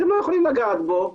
אתם לא יכולים להתקרב אליו.